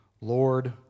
Lord